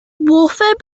warfare